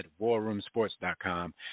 warroomsports.com